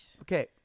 Okay